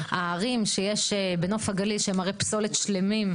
הערים שיש בנוף הגליל שהם הרי פסולת שלמים,